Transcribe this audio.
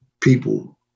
people